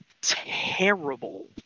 terrible